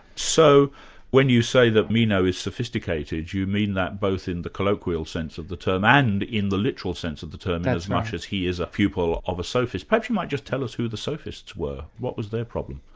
so when you say that meno is sophisticated, you mean that both in the colloquial sense of the term and in the literal sense of the term, in as much as he is a pupil of a sophist. perhaps you might just tell us who the sophists were what was their problem?